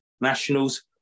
Nationals